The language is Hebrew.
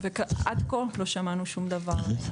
עד כה לא שמענו שום דבר.